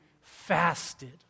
fasted